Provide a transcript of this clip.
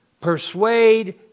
persuade